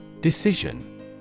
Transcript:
Decision